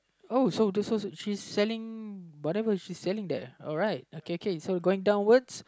oh so so she's selling whatever she is selling there alright okay K so going downwards